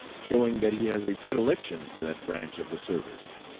showing that he has a predilection for that branch of the service.